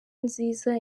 nziza